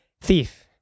Thief